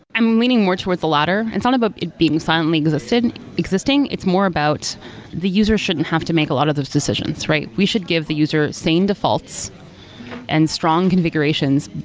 i'm leaning more towards the latter. it's not about it being silently existing, and it's more about the users shouldn't have to make a lot of those decisions, right? we should give the user same defaults and strong configurations,